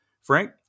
Frank